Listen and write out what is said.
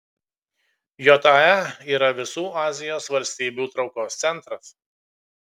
jae yra visų azijos valstybių traukos centras